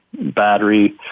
battery